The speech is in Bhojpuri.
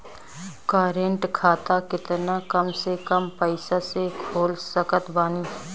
करेंट खाता केतना कम से कम पईसा से खोल सकत बानी?